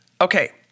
Okay